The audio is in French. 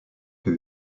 que